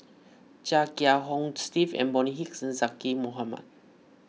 Chia Kiah Hong Steve and Bonny Hicks Zaqy Mohamad